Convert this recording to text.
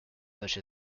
such